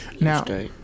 Now